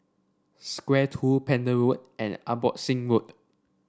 Square Two Pender Road and Abbotsingh Road